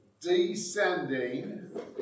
descending